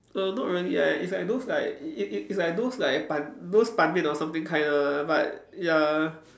err not really like it's like those like it's it's like those like ban those ban mian or something kind ah of but ya